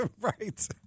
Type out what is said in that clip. right